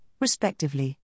respectively